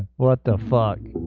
what the fog